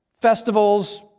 festivals